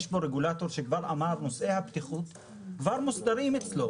יש פה רגולטור שאמר שנושא הבטיחות כבר מוסדר אצלו,